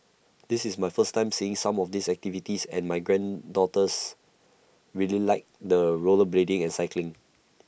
this is my first time seeing some of these activities and my granddaughters really liked the rollerblading and cycling